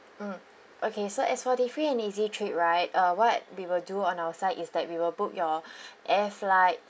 mm okay so as for the free and easy trip right uh what we will do on our side is that we will book your air flights